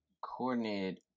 coordinated